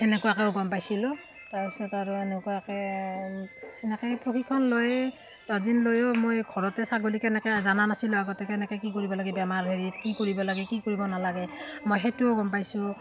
সেনেকুৱাকৈও গম পাইছিলোঁ তাৰ পিছত আৰু এনেকুৱাকৈ এনেকৈয়ে প্ৰশিক্ষণ লৈয়ে দছদিন লৈয়ো মই ঘৰতে ছাগলী কেনেকৈ জানা নাছিলোঁ আগতে কেনেকৈ কি কৰিব লাগে বেমাৰ হেৰিত কি কৰিব লাগে কি কৰিব নালাগে মই সেইটোও গম পাইছোঁ